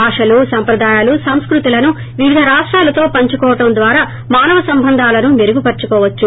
భాషలు సంప్రదాయాలు సంస్పతులను వివధ రాష్టాలతో పంచుకోవడం ద్వారా మానవ సంబంధాలను మెరుగు పరుచుకోవచ్చు